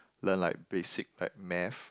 learn like basic like math